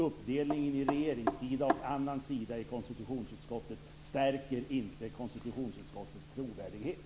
Uppdelningen i regeringssida och annan sida i konstitutionsutskottet stärker inte utskottets trovärdighet.